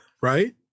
right